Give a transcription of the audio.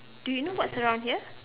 do you know what's around here